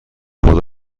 خدا